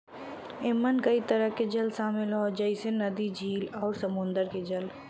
एमन कई तरह के जल शामिल हौ जइसे नदी, झील आउर समुंदर के जल